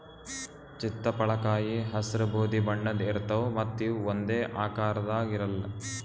ಚಿತ್ತಪಳಕಾಯಿ ಹಸ್ರ್ ಬೂದಿ ಬಣ್ಣದ್ ಇರ್ತವ್ ಮತ್ತ್ ಇವ್ ಒಂದೇ ಆಕಾರದಾಗ್ ಇರಲ್ಲ್